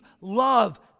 love